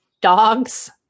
dogs